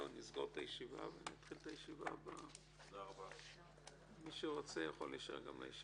הישיבה ננעלה בשעה 14:30.